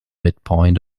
midpoint